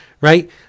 right